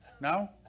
No